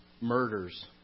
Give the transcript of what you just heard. murders